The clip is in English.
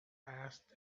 asked